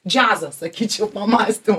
džiazas sakyčiau pamąstymų